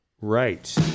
Right